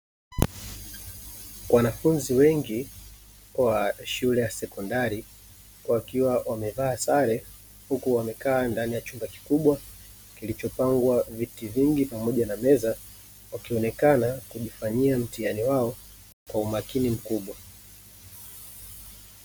Wanafunzi wengi wa shule ya sekondari wakiwa wamevaa sare huku wamekaa ndani ya chumba kikubwa kilichopangwa viti vingi pamoja na meza wakionekana kujifanyia mtihani wao kwa umakini mkubwa.